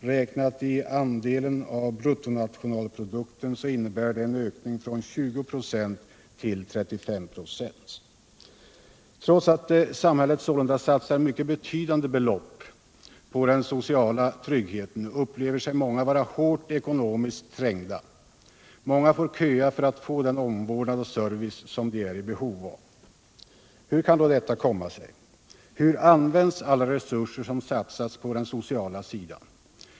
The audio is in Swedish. Räknat i andel av bruttonationalprodukten betyder det en ökning från 20 96 till 35 96. Trots att samhället sålunda satsar mycket betydande belopp på den sociala tryggheten, upplever sig många vara hårt trängda ekonomiskt. Många får köa för att få den omvårdnad och service som de är i behov av. Hur kan då detta komma sig? Hur används alla resurser som satsas på den sociala sidan?